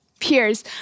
peers